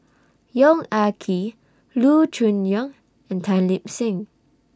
Yong Ah Kee Loo Choon Yong and Tan Lip Seng